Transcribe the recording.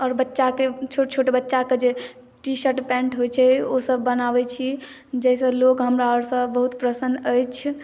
आओर बच्चा के छोट छोट बच्चा के जे टीशर्ट पेंट होइ छै ओ सब बनाबै छी जाहिसँ लोक हमरा आर सँ बहुत प्रसन्न अछि